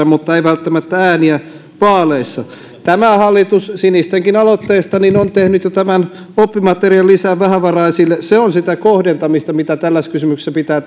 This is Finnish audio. mutta ei välttämättä ääniä vaaleissa tämä hallitus sinistenkin aloitteesta on tehnyt jo oppimateriaalilisän vähävaraisille se on sitä kohdentamista mitä tällaisissa kysymyksissä pitää